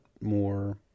more